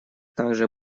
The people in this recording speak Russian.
также